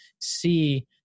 see